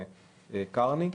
מר קרני.